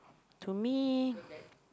to me